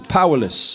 powerless